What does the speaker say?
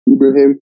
Ibrahim